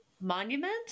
monument